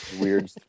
Weird